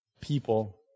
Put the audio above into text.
people